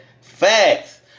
Facts